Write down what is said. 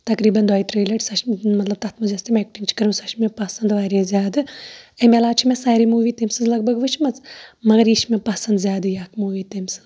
تَقریٖبن دۄیہِ ترٛیہِ لَٹہِ سۄ چھےٚ مےٚ مطلب تَتھ منٛز یۄس تٔمۍ ایٚکٹِنٛگ چھِ کٔرمٕژ سۄ چھےٚ مےٚ پَسنٛد واریاہ زیادٕ اَمہِ علاوٕ چھِ مےٚ ساریےٚ موٗوِی تٔمۍ سٕنٛز لگ بگ وُچھمٕژ مَگر یہِ چھےٚ مےٚ پَسنٛد زیادٕ یہِ اکھ موٗوِی تٔمۍ سٕنٛز